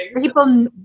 People